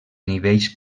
nivells